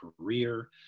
career